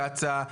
לקצא"א,